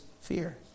fear